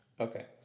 Okay